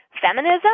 feminism